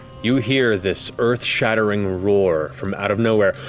you hear this earth-shattering roar, from out of nowhere.